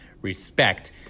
respect